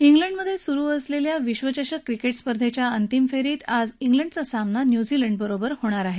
इंग्लंडमध्ये सुरू असलेल्या विश्वचषक क्रिकेट स्पर्धेच्या अंतिम फेरीत आज इंग्लंडचा सामना न्यूझीलंडशी होणार आहे